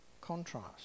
contrast